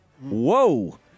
whoa